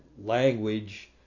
language